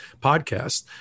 podcast